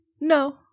No